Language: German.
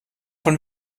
von